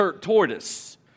tortoise